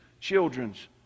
children's